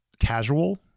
casual